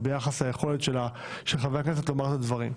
וביחס ליכולת של חברי הכנסת לומר את הדברים.